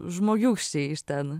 žmogiūkščiai iš ten